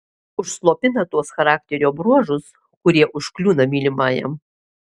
užslopina tuos charakterio bruožus kurie užkliūna mylimajam